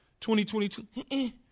2022